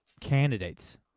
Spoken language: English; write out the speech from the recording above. candidates